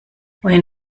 wohin